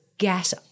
get